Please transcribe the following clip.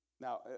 Now